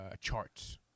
charts